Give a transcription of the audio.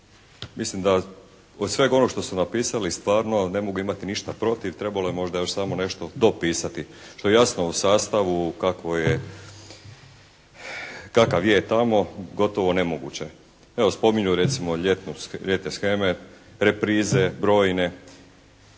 Mislim da od sveg onog što su napisali stvarno ne mogu imati ništa protiv. Trebalo je možda još samo nešto dopisati. Što jasno u sastavu kakvo je, kakav je tamo gotovo nemoguće. Evo spominju recimo ljetne sheme, reprize brojne.